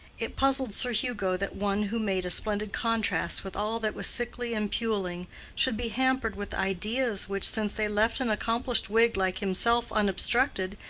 it puzzled sir hugo that one who made a splendid contrast with all that was sickly and puling should be hampered with ideas which, since they left an accomplished whig like himself unobstructed,